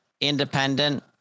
independent